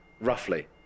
roughly